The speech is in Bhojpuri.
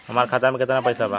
हमार खाता मे केतना पैसा बा?